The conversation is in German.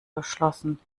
geschlossen